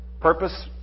Purpose